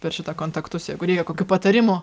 per šitą kontaktus jeigu reikia kokių patarimų